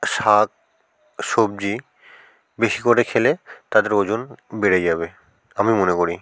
শাক সবজি বেশি করে খেলে তাদের ওজন বেড়ে যাবে আমি মনে করি